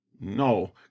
No